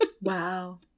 Wow